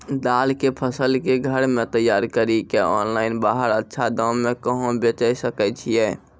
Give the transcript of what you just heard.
दाल के फसल के घर मे तैयार कड़ी के ऑनलाइन बाहर अच्छा दाम मे कहाँ बेचे सकय छियै?